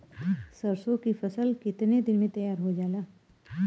सरसों की फसल कितने दिन में तैयार हो जाला?